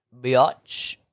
Biatch